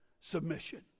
submission